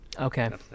Okay